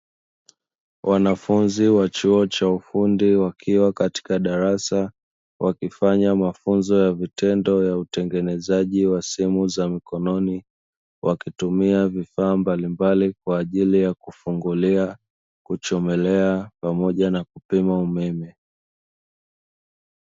Wanafunzi wa chuo cha ufundi wakiwa katika darasa wakifanya mafunzo ya vitendo ya utengenezaji wa simu za mikononi wakitumia vifaa mbalimbali kwa ajili ya kufungulia, kuchomelea pamoja na kupima umeme.